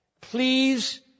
Please